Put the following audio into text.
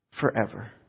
forever